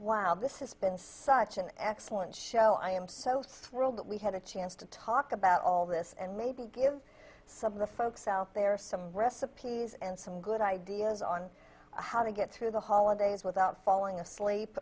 while this has been such an excellent show i am so thrilled that we had a chance to talk about all this and maybe give some of the folks out there some recipes and some good ideas on how to get through the holidays without falling asleep